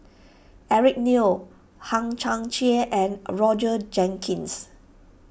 Eric Neo Hang Chang Chieh and Jenkins